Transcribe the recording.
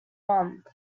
month